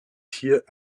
tier